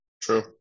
True